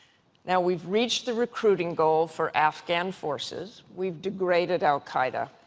now, we've reached the recruiting goal for afghan forces. we've degraded al-qaida.